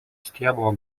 stiebo